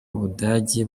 ubudagi